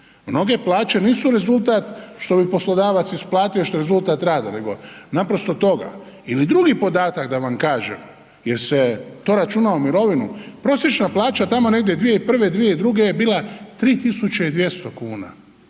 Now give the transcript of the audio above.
Mnoge plaće nisu rezultat što bi poslodavac isplatio što je rezultat rada, nego naprosto toga. Ili drugi podatak da vam kažem jer se to računa u mirovinu, prosječna plaća tamo negdje 2001., 2002. Ona je danas